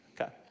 Okay